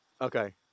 okay